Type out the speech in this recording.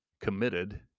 committed